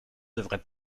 devrait